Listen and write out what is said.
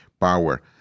power